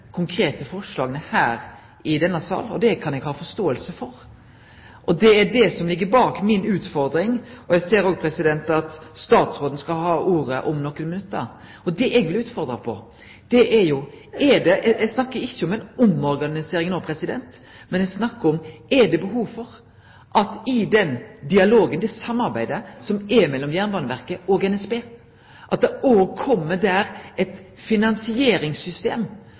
konkrete forslaga her i denne salen, og det kan eg ha forståing for. Det er det som ligg bak mi utfordring – eg ser at statsråden skal ha ordet om nokre minutt. Det eg vil utfordre på, er – eg snakkar ikkje om ei omorganisering no, men det eg snakkar om, er: Er det behov for at i den dialogen, det samarbeidet, som er mellom Jernbaneverket og NSB, kjem det eit finansieringssystem som gjer at NSB betaler for dei tenestene dei får, og